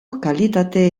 kalitate